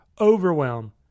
overwhelm